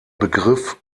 begriff